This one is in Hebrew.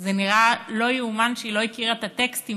שזה נראה לא ייאמן שהיא לא הכירה את הטקסטים